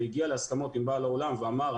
והגיע להסכמות עם בעל האולם ואמר,